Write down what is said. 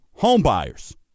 homebuyers